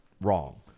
wrong